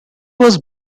was